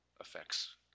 effects